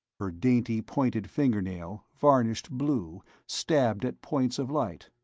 her dainty pointed fingernail, varnished blue, stabbed at points of light.